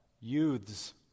Youths